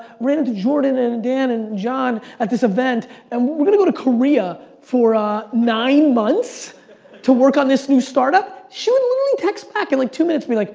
ran into jordan and dan and john at this event and we're we're going to go to korea for ah nine months to work on this new startup. she literally text back in like two minutes and be like,